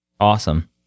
Awesome